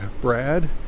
Brad